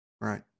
Right